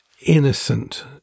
innocent